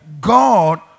God